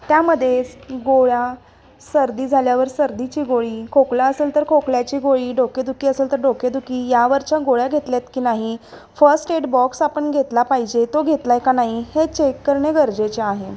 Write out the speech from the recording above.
त्यामध्येच गोळ्या सर्दी झाल्यावर सर्दीची गोळी खोकला असेल तर खोकल्याची गोळी डोकेदुखी असेल तर डोकेदुखी यावरच्या गोळ्या घेतल्यात की नाही फर्स्ट एड बॉक्स आपण घेतला पाहिजे तो घेतला आहे का नाही हे चेक करणे गरजेचे आहे